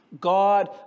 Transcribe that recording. God